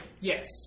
Yes